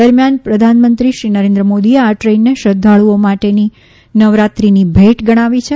દરમિયાન પ્રધાનમંત્રી શ્રી નરેન્દ્ર મોદીએ આ ટ્રેનને શ્રદ્વાળુઓ માટે નવરાત્રીની ભેટ ગણાવી છે